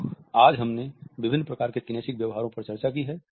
तो आज हमने विभिन्न प्रकार के किनेसिक व्यवहारों पर चर्चा की है